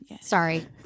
Sorry